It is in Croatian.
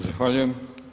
Zahvaljujem.